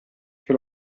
che